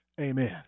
Amen